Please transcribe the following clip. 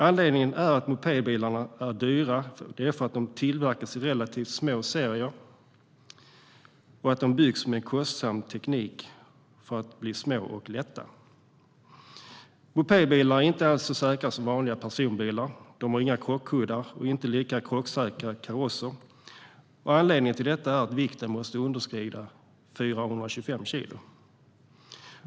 Anledningen till att mopedbilarna är dyra är att de tillverkas i relativt små serier och att de byggs med kostsam teknik för att bli små och lätta. Mopedbilar är inte alls så säkra som vanliga personbilar. De har inga krockkuddar och inte lika krocksäkra karosser. Anledningen till detta är att vikten måste understiga 425 kilo.